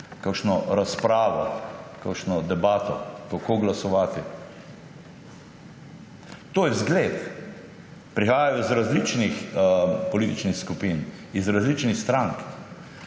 kakšno razpravo, kakšno debato, kako glasovati. To je vzgled. Prihajajo iz različnih političnih skupin, iz različnih strank,